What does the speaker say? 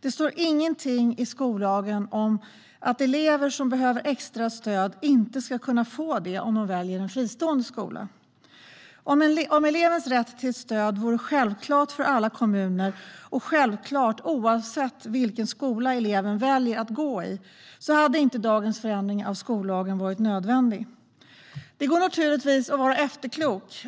Det står ingenting i skollagen om att elever som behöver extra stöd inte ska kunna få det om de väljer en fristående skola. Om elevens rätt till stöd vore självklart för alla kommuner och självklart oavsett vilken skola eleven väljer att gå i hade dagens förändring av skollagen inte varit nödvändig. Det går naturligtvis att vara efterklok